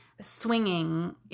swinging